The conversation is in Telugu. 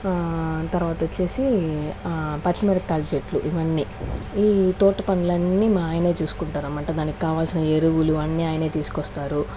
తర్వాత వచ్చేసి పచ్చిమిరపకాయలు చెట్లు ఇవన్నీ ఈ తోట పనులన్నీ మా ఆయనే చూసుకుంటారు అనమాట దాన్ని కావాల్సిన ఎరువులు అన్ని ఆయనే తీసుకొస్తారు